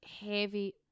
heavy